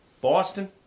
Boston